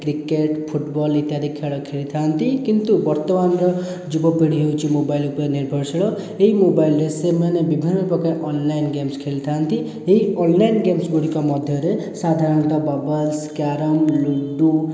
cricket football ଇତ୍ୟାଦି ଖେଳ ଖେଳି ଥାଆନ୍ତି କିନ୍ତୁ ବର୍ତ୍ତମାନର ଯୁବପିଢ଼ୀ ହେଉଛି ମୋବାଇଲ ଉପରେ ନିର୍ଭରଶୀଳ ଏହି ମୋବାଇରେ ସେମାନେ ବିଭିନ୍ନ ପ୍ରକାର ଅନ୍ଲାଇନ୍ ଗେମ୍ସ ଖେଳିଥାନ୍ତି ଏହି ଅନ୍ଲାଇନ୍ ଗେମ୍ସ ଗୁଡ଼ିକ ମଧ୍ୟରେ ସାଧାରଣତଃ ବବଲ୍ସ୍ କ୍ୟାରମ୍ ଲୁଡୁ